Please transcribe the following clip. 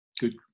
good